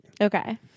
Okay